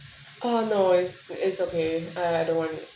uh no is is okay uh I don't want it